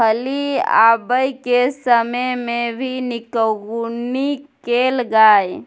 फली आबय के समय मे भी निकौनी कैल गाय?